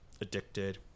addicted